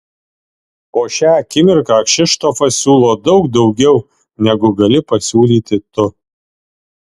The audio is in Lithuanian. o šią akimirką kšištofas siūlo daug daugiau negu gali pasiūlyti tu